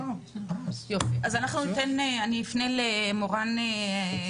לעניין תאונות עבודה